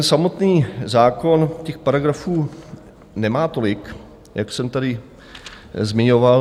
Samotný zákon těch paragrafů nemá tolik, jak jsem tady zmiňoval.